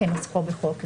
כנוסחו בחוק זה.